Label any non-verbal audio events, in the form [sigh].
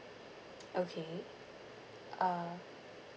[noise] okay uh